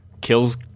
kills